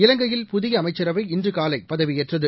இலங்கையில் புதிய அமைச்சரவை இன்றுகாலைபதவியேற்றது